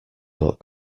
got